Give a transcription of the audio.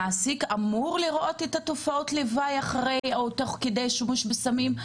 המעסיק אמור לראות את תופעות הלוואי אחרי או תוך כדי השימוש בסמים?